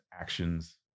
actions